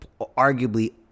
arguably